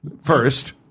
First